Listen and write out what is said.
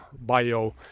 bio